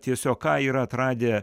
tiesiog ką yra atradę